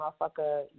motherfucker